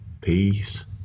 peace